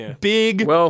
big